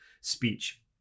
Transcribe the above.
speech